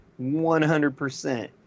100%